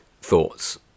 thoughts